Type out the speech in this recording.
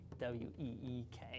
W-E-E-K